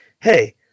hey